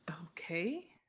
okay